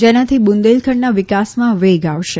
જેનાથી બુંદેલ ખંડના વિકાસમાં વેગ આવશે